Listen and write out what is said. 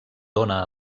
dóna